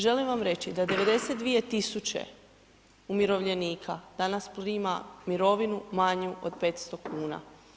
Želim vam reći da 92 000 umirovljenika danas prima mirovinu manju od 500 kuna.